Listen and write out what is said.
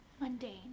mundane